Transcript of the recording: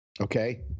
Okay